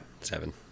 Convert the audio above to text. seven